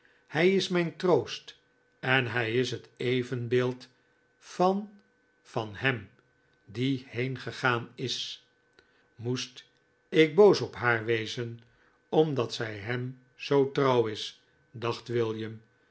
hij is mijn troost en hij is het evenbeeld van van hem die heengegaan is moest ik boos op haar wezen omdat zij hem zoo trouw is dacht